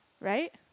Right